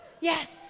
yes